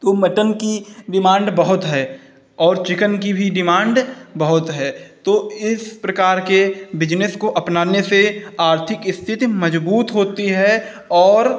तो मटन की डिमाण्ड बहुत है और चिकन की भी डिमाण्ड बहुत है तो इस प्रकार के बिज़नेस को अपनाने से आर्थिक स्थिति मज़बूत होती है और